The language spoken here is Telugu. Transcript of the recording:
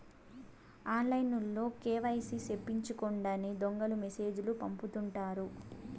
ఆన్లైన్లో కేవైసీ సేపిచ్చుకోండని దొంగలు మెసేజ్ లు పంపుతుంటారు